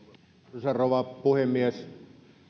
arvoisa rouva puhemies